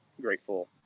grateful